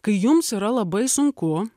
kai jums yra labai sunku